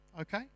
okay